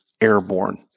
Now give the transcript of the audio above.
Airborne